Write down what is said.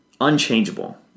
unchangeable